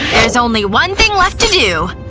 there's only one thing left to do.